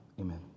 Amen